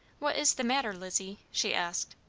what is the matter, lizzie? she asked.